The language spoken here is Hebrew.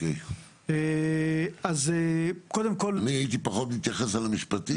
אני הייתי פחות מתייחס על המשפטי.